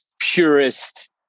purist